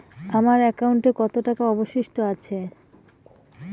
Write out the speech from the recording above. আমার একাউন্টে কত টাকা অবশিষ্ট আছে?